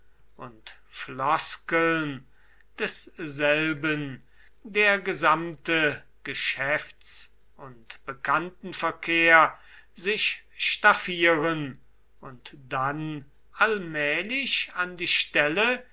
und floskeln desselben der gesamte geschäfts und bekanntenverkehr sich staffieren und dann allmählich an die stelle